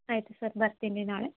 ಆಯಿತು ಸರ್ ಬರ್ತೀನಿ ನಾಳೆ